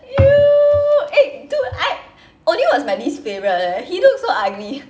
!eww! eh dude I onew was my least favourite eh he looks so ugly